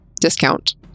discount